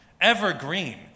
evergreen